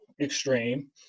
extreme